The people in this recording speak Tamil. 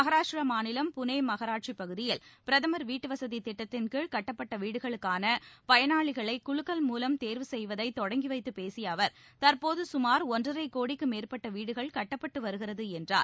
மகாராஷ்டிரா மாநிலம் புனே மாநகராட்சி பகுதியில் பிரதமர் வீட்டு வசதி திட்டத்தின் கீழ் கட்டப்பட்ட வீடுகளுக்கான பயனாளிகளை குலுக்கல் மூலம் தேர்வு செய்வதை தொடங்கிவைத்து பேசிய அவா் தற்போது சுமார் ஒன்றரை கோடிக்கு மேற்பட்ட வீடுகள் கட்டப்பட்டு வருகிறது என்றார்